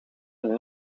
een